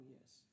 yes